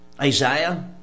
Isaiah